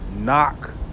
knock